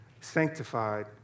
sanctified